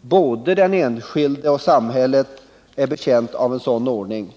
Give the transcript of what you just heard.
Både den enskilde och samhället är betjänta av en sådan ordning.